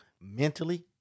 mentally